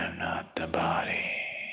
the body